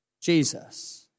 Jesus